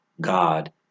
God